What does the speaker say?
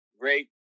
great